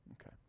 Okay